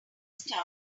stuff